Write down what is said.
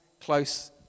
close